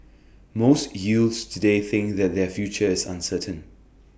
most youths today think that their future is uncertain